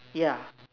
yeah